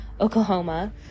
oklahoma